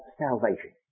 salvation